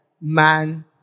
man